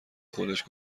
خودش